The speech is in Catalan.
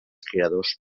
creadors